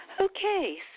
Okay